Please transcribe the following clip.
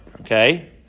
okay